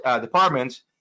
departments